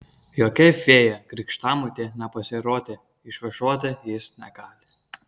jokia fėja krikštamotė nepasirodė išvažiuoti jis negali